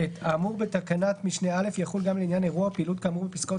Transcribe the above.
האמור בתקנת משנה (א) יחול גם לעניין אירוע או פעילות כאמור בפסקאות